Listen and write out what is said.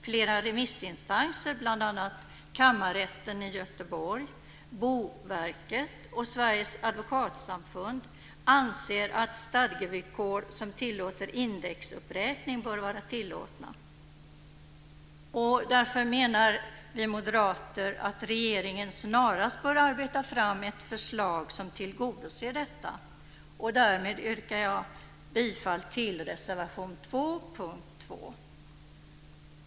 Flera remissinstanser, bl.a. Kammarrätten i Göteborg, Boverket och Sveriges advokatsamfund, anser att stadgevillkor som tillåter indexuppräkning bör vara tillåtna. Därför menar vi moderater att regeringen snarast bör arbeta fram ett förslag som tillgodoser detta. Därmed yrkar jag bifall till reservation 2 under punkt 2.